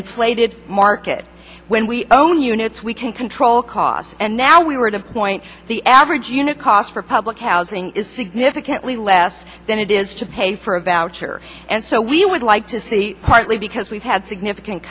inflated market when we own units we can control costs and now we were at a point the average unit cost for public housing is significantly less than it is to pay for about year and so we would like to see partly because we've had significant